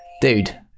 dude